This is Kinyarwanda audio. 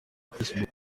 facebook